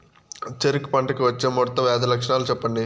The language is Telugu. చెరుకు పంటకు వచ్చే ముడత వ్యాధి లక్షణాలు చెప్పండి?